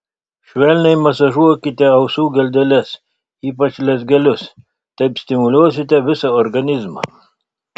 švelniai masažuokite ausų geldeles ypač lezgelius taip stimuliuosite visą organizmą